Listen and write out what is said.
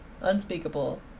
Unspeakable